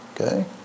okay